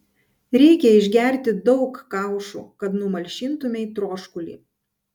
reikia išgerti daug kaušų kad numalšintumei troškulį